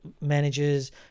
managers